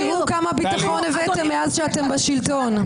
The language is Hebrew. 10:28) תראו כמה ביטחון הבאתם מאז אתם בשלטון.